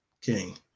King